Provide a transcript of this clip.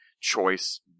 choice